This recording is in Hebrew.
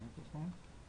בבקשה.